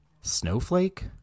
Snowflake